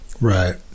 Right